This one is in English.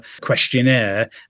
questionnaire